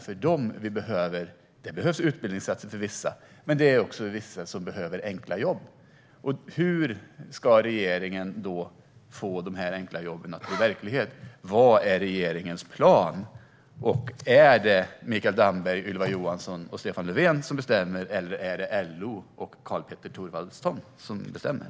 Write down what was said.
För vissa av dem behövs utbildningsinsatser, men för andra behövs enkla jobb. Hur ska regering få dessa enkla jobb att bli verklighet? Vad är regeringens plan? Är det Mikael Damberg, Ylva Johansson och Stefan Löfven som bestämmer, eller är det LO och Karl-Petter Thorwaldsson som bestämmer?